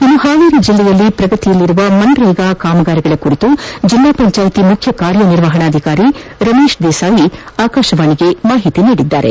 ಇನ್ನು ಹಾವೇರಿ ಜಿಲ್ಲೆಯಲ್ಲಿ ಪ್ರಗತಿಯಲ್ಲಿರುವ ಮನ್ರೇಗಾ ಕಾಮಗಾರಿಗಳ ಕುರಿತು ಜಿಲ್ಲಾ ಪಂಚಾಯಿತಿ ಮುಖ್ಯ ಕಾರ್ಯ ನಿರ್ವಹಣಾ ಅಧಿಕಾರಿ ರಮೇಶ್ ದೇಸಾ ಆಕಾಶವಾಣಿಗೆ ಹೆಚ್ಚಿನ ಮಾಹಿತಿ ನೀಡಿದ್ದಾರೆ